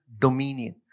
dominion